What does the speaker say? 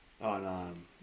On